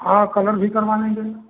हाँ कलर भी करवा लेंगे